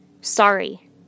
Sorry